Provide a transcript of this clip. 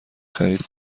خرید